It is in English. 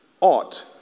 ought